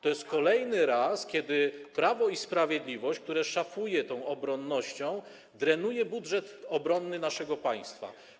To jest kolejny raz, kiedy Prawo i Sprawiedliwość, które szafuje tą obronnością, drenuje budżet obronny naszego państwa.